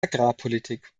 agrarpolitik